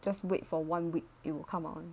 just wait for one week it will come out one